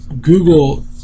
Google